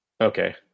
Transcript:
Okay